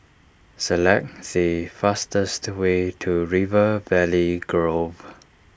select the fastest way to River Valley Grove